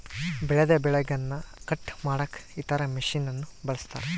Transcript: ಬೆಳೆದ ಬೆಳೆಗನ್ನ ಕಟ್ ಮಾಡಕ ಇತರ ಮಷಿನನ್ನು ಬಳಸ್ತಾರ